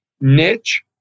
niche